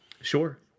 Sure